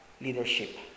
leadership